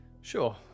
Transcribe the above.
sure